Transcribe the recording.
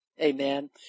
Amen